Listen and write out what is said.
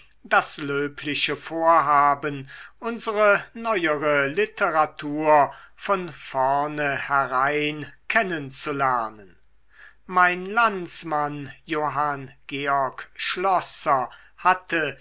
das löbliche vorhaben unsere neuere literatur von vorne herein kennen zu lernen mein landsmann johann georg schlosser hatte